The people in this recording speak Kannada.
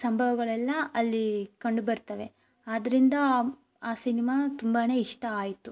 ಸಂಭವಗಳೆಲ್ಲ ಅಲ್ಲಿ ಕಂಡು ಬರ್ತವೆ ಆದ್ದರಿಂದ ಆ ಸಿನಿಮಾ ತುಂಬಾ ಇಷ್ಟ ಆಯಿತು